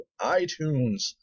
iTunes